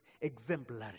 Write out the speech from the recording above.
exemplary